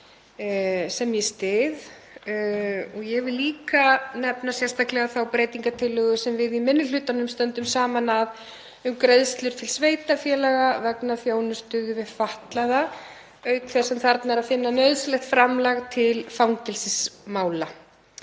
sem ég styð. Ég vil líka nefna sérstaklega þá breytingartillögu sem við í minni hlutanum stöndum saman að um greiðslur til sveitarfélaga vegna þjónustu við fatlaða, auk þess sem þarna er að finna nauðsynlegt framlag til fangelsismála.